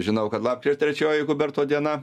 žinau kad lapkričio trečioji huberto diena